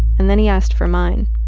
and then he asked for mine.